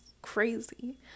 crazy